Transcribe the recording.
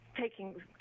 taking